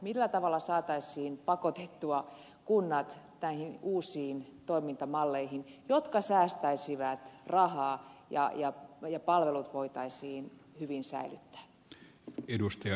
millä tavalla saataisiin pakotettua kunnat näihin uusiin toimintamalleihin jotka säästäisivät rahaa ja palvelut voitaisiin hyvin säilyttää